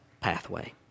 pathway